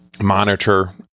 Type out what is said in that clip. monitor